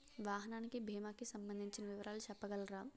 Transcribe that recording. వాహనానికి భీమా కి సంబందించిన వివరాలు చెప్పగలరా?